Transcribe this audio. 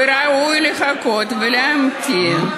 וראוי לחכות ולהמתין.